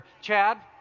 Chad